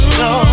no